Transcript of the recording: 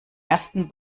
ersten